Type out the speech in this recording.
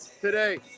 today